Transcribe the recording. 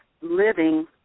living